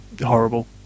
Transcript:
horrible